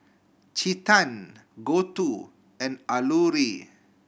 Chetan Gouthu and Alluri